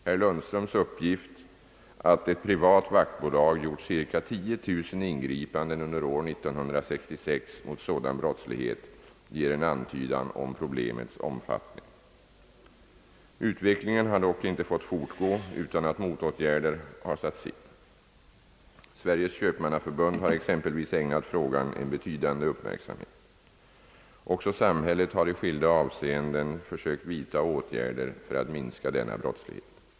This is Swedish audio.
Herr Lundströms uppgift att ett privat vaktbolag gjort ca 10 000 ingripanden under år 1966 mot sådan brottslighet ger en antydan om problemets omfattning. Utvecklingen har dock inte fått fortgå utan att motåtgärder satts in. Sveriges köpmannaförbund har exempelvis ägnat frågan en betydande uppmärksamhet. även samhället har i skilda avseenden försökt vidta åtgärder för att minska denna brottslighet.